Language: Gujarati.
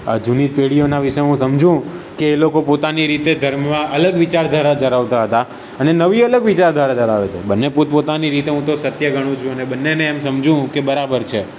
આ જૂની પેઢીઓનાં વિશે હું સમજુ કે એ લોકો પોતાની રીતે ધર્મમાં અલગ વિચાર ધારા ધરાવતા હતા અને નવી અલગ વિચારધારા ધરાવે છે બંને પોત પોતાની રીતે હું તો સત્ય ગણું છું અને બંનેને એમ સમજું કે બરાબર છે